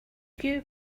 view